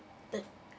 the